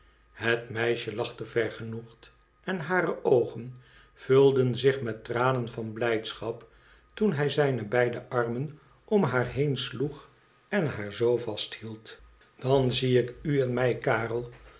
het meisje lachte vergenoegd en hare oogen vulden zich met tranen van blijdschap toen hij zijne beide armen om haar heen sloeg en haar zoo vasthield dan zie ik n en mij karel